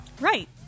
Right